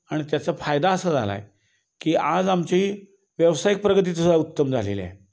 आणि त्याचा फायदा असा झाला आहे की आज आमची व्यावसायिक प्रगती सुद्धा उत्तम झालेली आहे